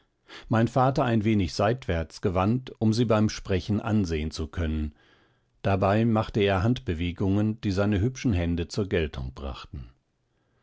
mein vater ein wenig seitwärts gewandt um sie beim sprechen ansehen zu können dabei machte er handbewegungen die seine hübschen hände zur geltung brachten